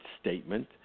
statement